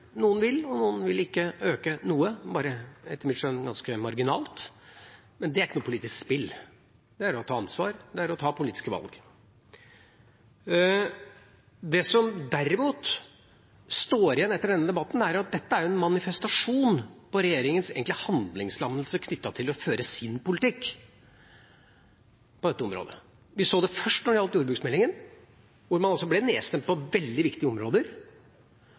Noen vil, og noen vil ikke øke – bare, etter mitt skjønn, ganske marginalt. Men det er ikke noe politisk spill; det er å ta ansvar, det er å ta politiske valg. Det som derimot står igjen etter denne debatten, er at dette er en manifestasjon på regjeringens handlingslammelse knyttet til å føre sin politikk på dette området. Vi så det først når det gjaldt jordbruksmeldinga, hvor man altså ble nedstemt på veldig viktige områder,